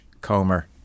Comer